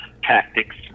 Tactics